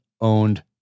owned